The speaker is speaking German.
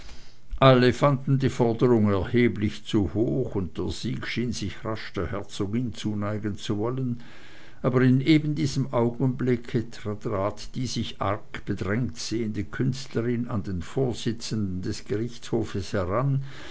alle fanden die forderung erheblich zu hoch und der sieg schien sich rasch der herzogin zuneigen zu wollen aber in eben diesem augenblicke trat die sich arg bedrängt sehende künstlerin an den vorsitzenden des gerichtshofes heran